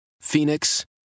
Phoenix